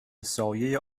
سایه